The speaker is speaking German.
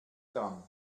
dran